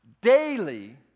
daily